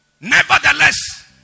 Nevertheless